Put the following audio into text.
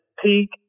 peak